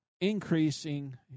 increasing